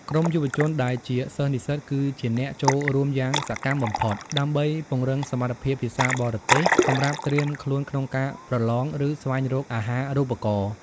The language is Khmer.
ក្រុមយុវជនដែលជាសិស្សនិស្សិត គឺជាអ្នកចូលរួមយ៉ាងសកម្មបំផុត ដើម្បីពង្រឹងសមត្ថភាពភាសាបរទេសសម្រាប់ត្រៀមខ្លួនក្នុងការប្រឡង ឬស្វែងរកអាហារូបករណ៍។